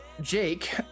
Jake